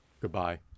Goodbye